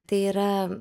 tai yra